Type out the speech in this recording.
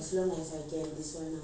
see how lah பார்ப்போம்:paarppom